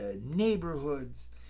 neighborhoods